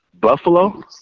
Buffalo